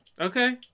Okay